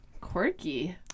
Quirky